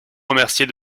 remercier